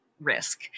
risk